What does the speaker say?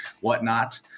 whatnot